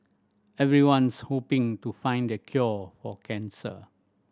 everyone's hoping to find the cure for cancer